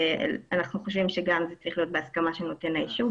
אנחנו חושבים שזה צריך להיות בהסכמה של נותן האישור.